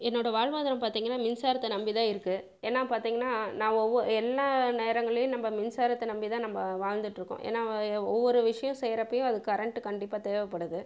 என்னோட வாழ்வாதாரம் பார்த்தீங்கனா மின்சாரத்தை நம்பிதான் இருக்குது ஏன்னால் பார்த்தீங்கனா நான் ஒவ்வொரு எல்லா நேரங்களேயும் நம்ம மின்சாரத்தை நம்பிதான் நம்ம வாழ்ந்துட்டு இருக்கோம் ஏன்னால் ஒவ்வொரு விஷயம் செய்கிறப்பயும் அது கரெண்ட் கண்டிப்பாக தேவைப்படுது